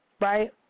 Right